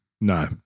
No